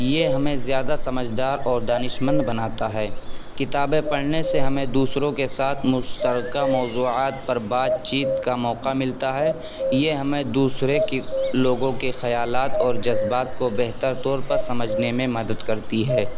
یہ ہمیں زیادہ سمجھدار اور دانشمند بناتا ہے کتابیں پڑھنے سے ہمیں دوسروں کے ساتھ مشترکہ موضوعات پر بات چیت کا موقع ملتا ہے یہ ہمیں دوسرے کی لوگوں کے خیالات اور جذبات کو بہتر طور پر سمجھنے میں مدد کرتی ہے